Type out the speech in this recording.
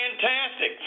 Fantastic